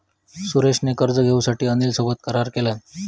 सुरेश ने कर्ज घेऊसाठी अनिल सोबत करार केलान